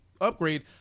upgrade